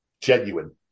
genuine